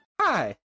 Hi